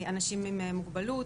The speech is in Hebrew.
אנשים עם מוגבלות,